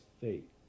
fate